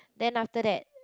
then after that